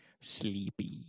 sleepy